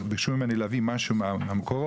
ביקשו ממני להביא משהו מהמקורות,